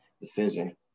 decision